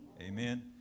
Amen